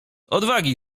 odwagi